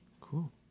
Cool